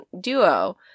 duo